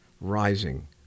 rising